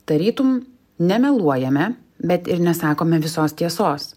tarytum nemeluojame bet ir nesakome visos tiesos